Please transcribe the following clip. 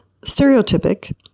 stereotypic